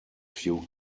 few